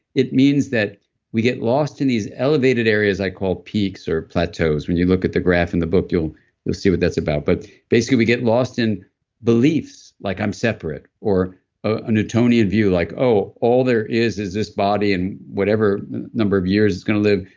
it means that we get lost in these elevated areas i call peaks or plateaus. when you look at the graph in the book, you'll you'll see what that's about but basically, we get lost in beliefs. like i'm separate, or a newtonian view. like oh, all there is is this body and whatever number of years it's going to live,